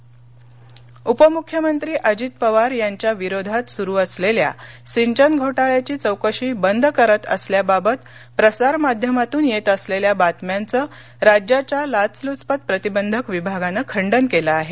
चौकशी बंद उपमुख्यमंत्री अजित पवार यांच्या विरोधात सुरू असलेल्या सिंचन घोटाळ्याची चौकशी बंद करत असल्याबाबत प्रसार माध्यमातून येत असलेल्या बातम्यांचं राज्याच्या लाचलुचपत प्रतिबंधक विभागानं खंडन केलं आहे